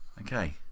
Okay